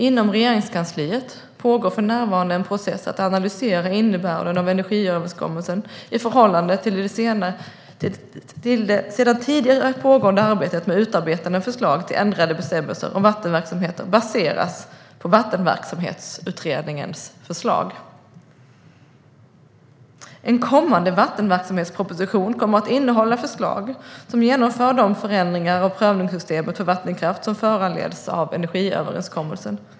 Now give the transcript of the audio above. Inom Regeringskansliet pågår för närvarande en process att analysera innebörden av energiöverenskommelsen i förhållande till det sedan tidigare pågående arbetet med utarbetande av förslag till ändrade bestämmelser om vattenverksamheter baserat på Vattenverksamhetsutredningens förslag. En kommande vattenverksamhetsproposition kommer att innehålla förslag som genomför de ändringar av prövningssystemet för vattenkraft som föranleds av energiöverenskommelsen.